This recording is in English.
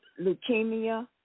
leukemia